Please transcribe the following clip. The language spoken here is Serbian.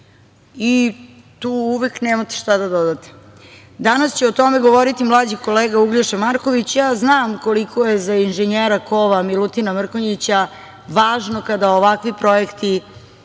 i tu uvek nemate šta da dodate, danas će o tome govoriti mlađi kolega Uglješa Marković. Znam koliko je za inženjera kova Milutina Mrkonjića važno kada ovakvi projekti